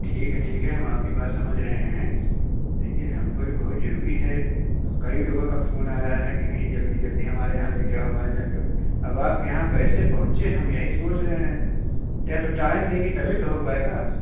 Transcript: ठीक है ठीक है हम आपकी बात समझ रहे हैं लेकिन हमको भी बहुत ज़रूरी है अब कई लोगों का फ़ोन आ रहा है कि नहीं जल्दी जल्दी हमारे यहाँ लेकर हमारे यहाँ लाकर अब आपके यहाँ कैसे पहुँचे हम यही सोच रहे हैं या तो टाइम देंगी तभी तो हो पाएगा